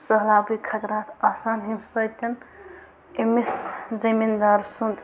سٔہلابٕکۍ خطرات آسان ییٚمہِ سۭتۍ أمِس زٔمیٖن دار سُنٛد